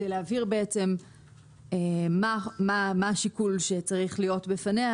כדי להבהיר מה השיקול שצריך להיות בפניה